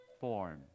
form